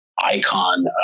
icon